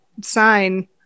sign